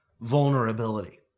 vulnerability